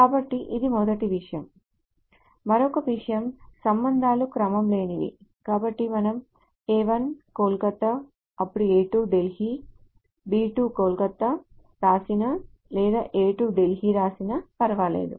కాబట్టి ఇది మొదటి విషయం మరొక విషయం సంబంధాలు క్రమం లేనివి కాబట్టి మనం A 1 కోల్కతా అప్పుడు A 2 ఢిల్లీ అప్పుడు B 2 కోల్కతా వ్రాసినా లేదా A 2 ఢిల్లీ వ్రాసినా ఫర్వాలేదు